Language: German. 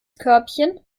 körbchen